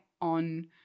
on